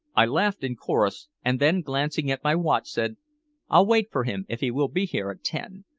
i laughed in chorus, and then glancing at my watch, said i'll wait for him, if he will be here at ten.